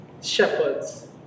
Shepherds